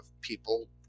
people